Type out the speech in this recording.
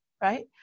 right